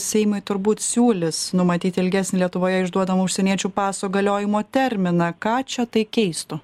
seimui turbūt siūlys numatyti ilgesnį lietuvoje išduodamų užsieniečių paso galiojimo terminą ką čia tai keistų